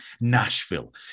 Nashville